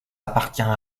appartient